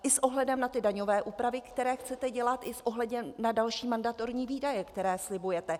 I s ohledem na ty daňové úpravy, které chcete dělat i s ohledem na další mandatorní výdaje, které slibujete.